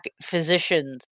physicians